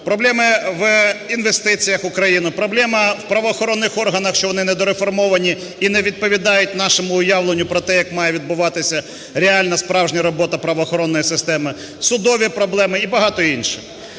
проблеми в інвестиціях в Україну, проблема в правоохоронних органах, що вони недореформовані і не відповідають нашому уявленню про те, як має відбуватися реально справжня робота правоохоронної системи, судові проблеми і багато іншого.